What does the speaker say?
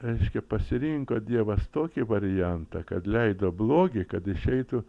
reiškia pasirinko dievas tokį variantą kad leido blogį kad išeitų